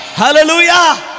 hallelujah